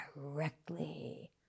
directly